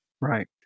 Right